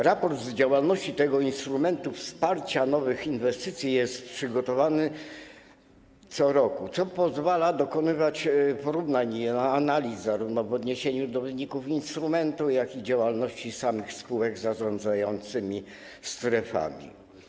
Raport z działalności tego instrumentu wsparcia nowych inwestycji jest przygotowywany co roku, co pozwala dokonywać porównań i analiz w odniesieniu zarówno do wyników instrumentu, jak i do działalności samych spółek zarządzających strefami.